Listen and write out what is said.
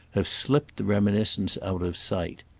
have slipped the reminiscence out of sight.